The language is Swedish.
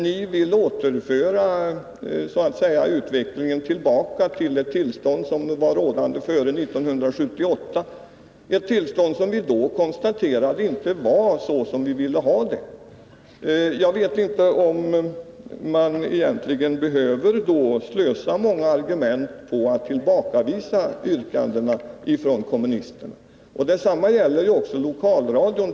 Ni vill så att säga föra utvecklingen tillbaka till det tillstånd som var rådande före 1978 — ett tillstånd som vi då konstaterade inte var så som vi ville ha det. Jag vet inte om man då egentligen behöver slösa många argument på att tillbakavisa yrkandena från kommunisterna. Detsamma gäller lokalradion.